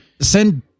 send